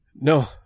No